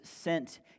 sent